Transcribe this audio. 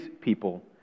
people